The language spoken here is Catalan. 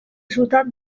ciutat